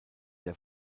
der